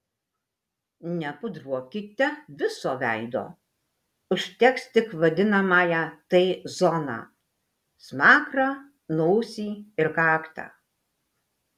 nepudruokite viso veido užteks tik vadinamąją t zoną smakrą nosį ir kaktą